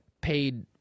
paid